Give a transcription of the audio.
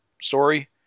story